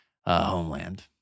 homeland